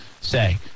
say